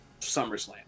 SummerSlam